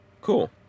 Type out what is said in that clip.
Cool